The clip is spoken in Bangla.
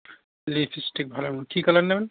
লিপিস্টিক ভালোর মধ্যে কী কালার নেবেন